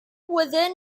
within